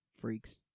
Freaks